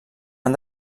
han